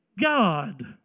God